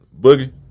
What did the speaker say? Boogie